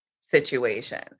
situation